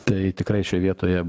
tai tikrai šioj vietoje